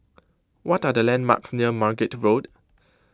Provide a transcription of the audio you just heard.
what are the landmarks near Margate Road